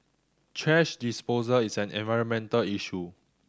thrash disposal is an environmental issue